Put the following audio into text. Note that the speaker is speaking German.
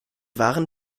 waren